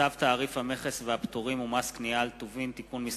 צו תעריף המכס והפטורים ומס קנייה על טובין (תיקון מס'